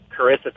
Carissa